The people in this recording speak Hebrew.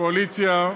הקואליציה,